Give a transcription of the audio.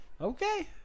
Okay